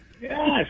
Yes